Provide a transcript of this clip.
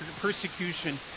persecution